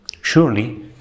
Surely